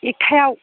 एकथायाव